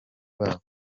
babo